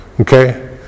Okay